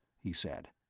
he said.